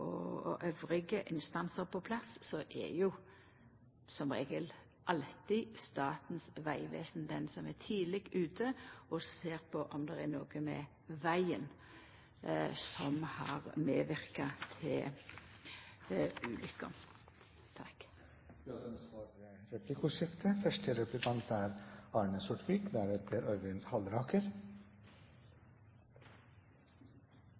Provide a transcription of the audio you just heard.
ambulanse og andre instansar som er på plass, som regel alltid Statens vegvesen tidleg ute og ser på om det er noko med vegen som har medverka til ulykka. Det åpnes for replikkordskifte. Til dette siste med tilsyn: Det er jo slik at når vi har et velfungerende jernbanetilsyn og et velfungerende luftfartstilsyn, er